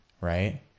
right